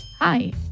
Hi